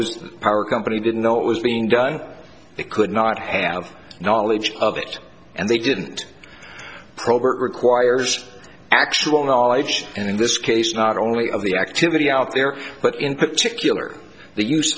a power company didn't know it was being done it could not have knowledge of it and they didn't probe or it requires actual knowledge and in this case not only of the activity out there but in particular the use